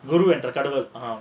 guru என்றகடவுள்:endra kadavul